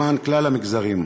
למען כלל המגזרים.